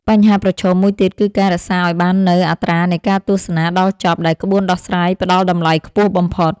បញ្ហាប្រឈមមួយទៀតគឺការរក្សាឱ្យបាននូវ អត្រានៃការទស្សនាដល់ចប់ ដែលក្បួនដោះស្រាយផ្ដល់តម្លៃខ្ពស់បំផុត។